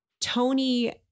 Tony